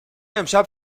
امشب